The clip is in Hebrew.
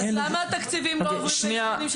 אז למה התקציבים לא עוברים --- של ההדרכה?